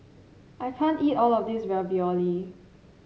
I can't eat all of this Ravioli